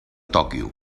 tòquio